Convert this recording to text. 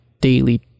daily